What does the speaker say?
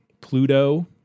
Pluto